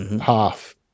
half